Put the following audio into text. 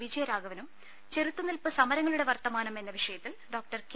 വിജയരാഘവനും ചെറുത്ത് നിൽപ്പ് സമരങ്ങളുടെ വർത്തമാനം എന്ന വിഷയത്തിൽ ഡോ കെ